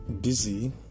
busy